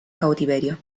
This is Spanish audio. cautiverio